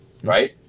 Right